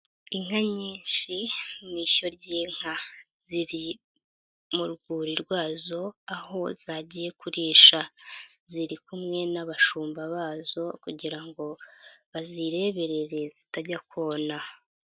Inka nyinshi mu shyo ry'inka ziri mu rwuri rwazo aho zagiye kurisha, ziri kumwe n'abashumba bazo kugira ngo bazirebere zitajya kona.